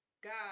God